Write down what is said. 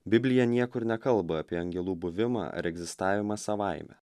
biblija niekur nekalba apie angelų buvimą egzistavimą savaime